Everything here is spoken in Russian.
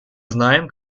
знаем